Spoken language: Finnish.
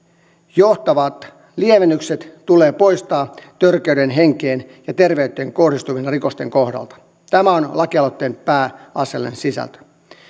johtavat lievennykset tulee poistaa törkeiden henkeen ja terveyteen kohdistuvien rikosten kohdalta tämä on lakialoitteen pääasiallinen sisältö